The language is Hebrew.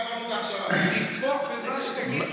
נתמוך במה שתגיד.